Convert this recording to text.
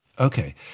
Okay